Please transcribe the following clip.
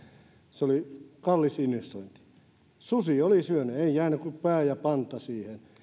se oli kallis investointi susi oli syönyt ei jäänyt kuin pää ja panta siihen